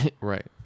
Right